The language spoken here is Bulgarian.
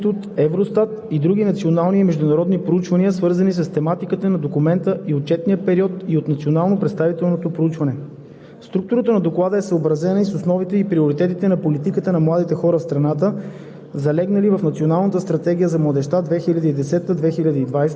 Докладът е съчетание от обобщената информация от всички институции, чиято дейност има отношение към младите хора в страната, данни от Националния статистически институт, Евростат и други национални и международни проучвания, свързани с тематиката на документа и отчетния период, и от националното представително проучване.